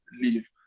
leave